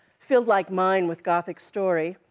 filled like mine, with gothic story,